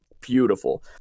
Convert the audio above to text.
beautiful